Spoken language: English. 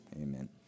Amen